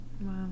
Wow